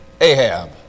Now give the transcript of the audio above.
Ahab